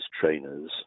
trainers